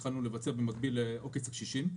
כאשר התחלנו לעקוב במקביל אחר עוקץ הקשישים.